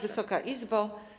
Wysoka Izbo!